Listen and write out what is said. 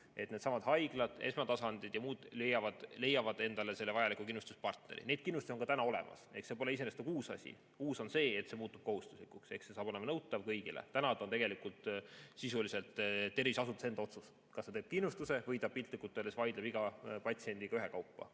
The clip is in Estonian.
et need haiglad, esmatasandid ja muud leiavad endale selle vajaliku kindlustuspartneri. Neid kindlustusi on ka täna olemas, see pole iseenesest uus asi. Uus on see, et see muutub kohustuslikuks ehk saab olema nõutav kõigile. Täna see on tegelikult sisuliselt terviseasutuse enda otsus, kas ta teeb kindlustuse või ta piltlikult öeldes vaidleb iga patsiendiga ühekaupa,